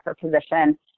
position